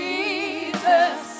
Jesus